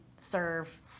serve